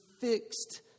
fixed